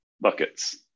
buckets